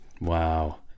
wow